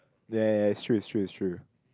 ya ya ya it's true it's true it's true